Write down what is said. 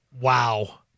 Wow